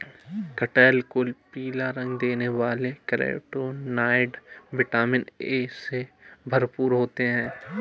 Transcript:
कटहल को पीला रंग देने वाले कैरोटीनॉयड, विटामिन ए से भरपूर होते हैं